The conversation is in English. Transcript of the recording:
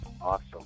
Awesome